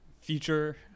future